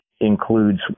includes